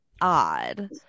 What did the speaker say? odd